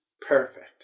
perfect